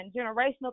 generational